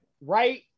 right